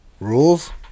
Rules